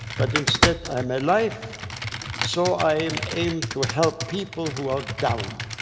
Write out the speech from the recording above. but instead i'm alive, so i um aim to help people who are down.